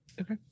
Okay